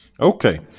okay